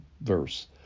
verse